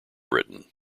britain